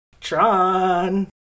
Tron